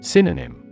Synonym